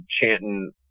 chanting